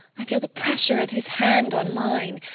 i feel the pressure of his hand on mine.